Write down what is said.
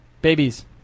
Babies